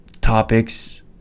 topics